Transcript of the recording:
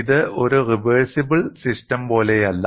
ഇത് ഒരു reversible system പോലെയല്ല